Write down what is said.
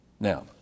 Now